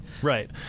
Right